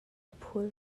phul